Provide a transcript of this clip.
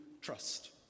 trust